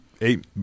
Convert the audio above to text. eight